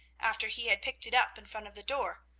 after he had picked it up in front of the door,